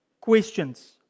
questions